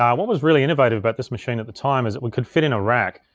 um what was really innovative about this machine at the time is it would could fit in a rack.